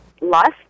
lust